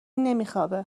نمیخوابه